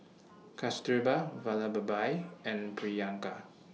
Kasturba Vallabhbhai and Priyanka